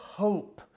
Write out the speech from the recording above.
hope